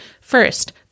First